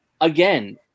again